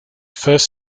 first